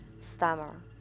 Stammer